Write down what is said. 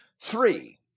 three